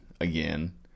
again